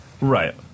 Right